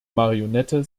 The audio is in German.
marionette